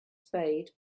spade